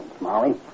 Molly